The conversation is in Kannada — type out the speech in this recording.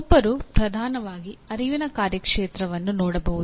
ಒಬ್ಬರು ಪ್ರಧಾನವಾಗಿ ಅರಿವಿನ ಕಾರ್ಯಕ್ಷೇತ್ರವನ್ನು ನೋಡಬಹುದು